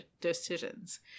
decisions